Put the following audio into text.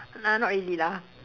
nah not really lah